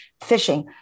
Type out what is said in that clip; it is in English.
fishing